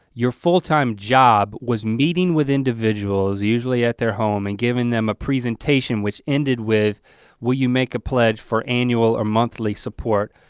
your full-time job was meeting with individuals usually at their home and given them a presentation, which ended with what you make a pledge for annual or monthly support.